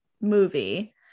movie